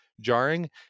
jarring